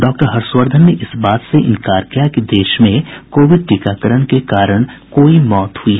doctor Harshvardhan ने इस बात से इन्कार किया कि देश में कोविड टीकाकरण के कारण कोई मृत्यु हुई है